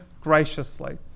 graciously